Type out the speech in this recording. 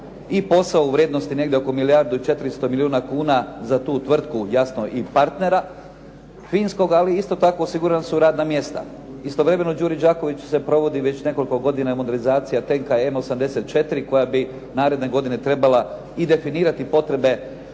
i posao u vrijednosti negdje oko milijardu i 400 milijuna kuna za tu tvrtku, jasno i partnera finskog, ali isto tako osigurana su radna mjesta. Istovremenu, u Đuri Đakoviću se provodi već nekoliko godina modernizacija tenka M84 koja bi naredne godine trebala i definirati potrebe